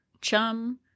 chum